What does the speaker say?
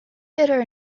bitter